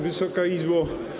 Wysoka Izbo!